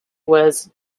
was